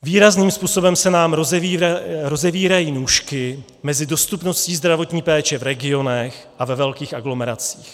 Výrazným způsobem se nám rozevírají nůžky mezi dostupností zdravotní péče v regionech a ve velkých aglomeracích.